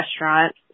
restaurant